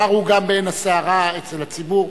הוא כבר גם בעין הסערה אצל הציבור.